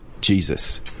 jesus